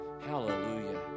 Hallelujah